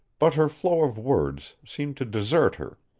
but her flow of words seemed to desert her.